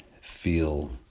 feel